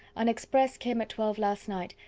an express came at twelve last night,